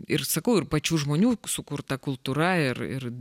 ir sakau ir pačių žmonių sukurta kultūra ir ir